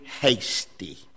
hasty